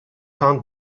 found